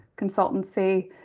consultancy